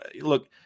Look